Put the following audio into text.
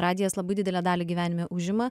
radijas labai didelę dalį gyvenime užima